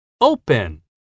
open